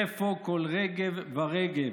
איפה כל רגב ורגב,